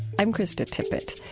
i'm krista tippett.